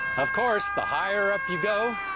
of course, the higher up you go,